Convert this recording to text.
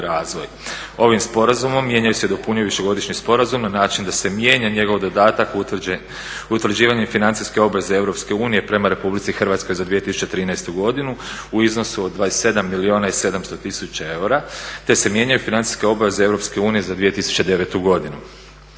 Ovim sporazumom mijenjaju se dopunjujući godišnji sporazum na način da se mijenja njegov dodatak utvrđivanje financijske obveze Europske unije prema Republici Hrvatskoj za 2013. godinu u iznosu od 27 milijuna i 700 tisuća eura te se mijenjaju financijske obveze Europske unije za 2009. godinu.